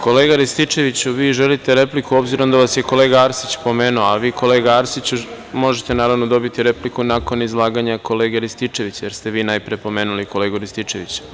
Kolega Rističeviću, vi želite repliku obzirom da vas je kolega Arsić pomenuo, a vi kolega Arsiću možete dobiti repliku nakon izlaganja kolege Rističevića, jer ste vi najpre pomenuli kolegu Rističevića.